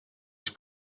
ich